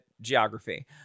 geography